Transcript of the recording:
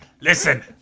Listen